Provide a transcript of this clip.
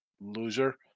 loser